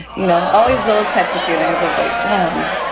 you know always those types of feelings of like, damn.